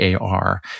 ar